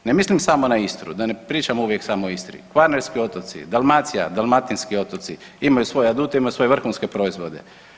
Ne mislim samo na Istru, da ne pričamo uvijek samo o Istri, kvarnerski otoci, Dalmacija, dalmatinski otoci, imaju svoje adute, imaju svoje vrhunske proizvode.